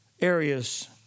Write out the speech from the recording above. areas